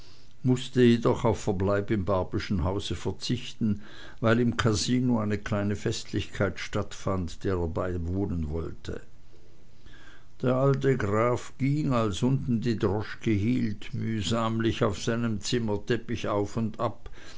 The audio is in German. mußte jedoch auf verbleib im barbyschen hause verzichten weil im kasino eine kleine festlichkeit stattfand der er beiwohnen wollte der alte graf ging als unten die droschke hielt mühsamlich auf seinem zimmerteppich auf und ab